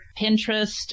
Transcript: Pinterest